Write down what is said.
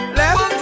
left